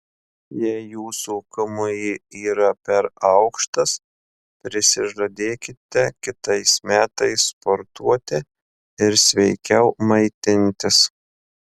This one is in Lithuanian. jei jūsų kmi yra per aukštas prisižadėkite kitais metais sportuoti ir sveikiau maitintis